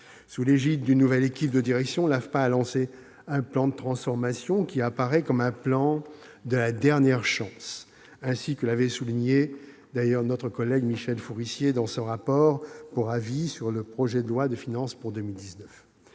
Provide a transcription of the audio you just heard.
Sous l'égide d'une nouvelle équipe de direction, l'AFPA a lancé un plan de transformation qui apparaît comme un plan de la dernière chance, ainsi que l'avait souligné notre collègue Michel Forissier dans son rapport pour avis sur le projet de loi de finances pour 2019.